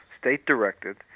state-directed